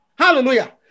Hallelujah